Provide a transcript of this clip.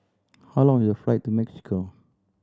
how long is the flight to Mexico